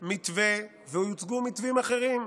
הוצג מתווה והוצגו מתווים אחרים.